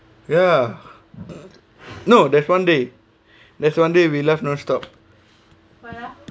ya no there's one day there's one day we love no stop